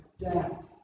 death